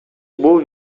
бул